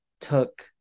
took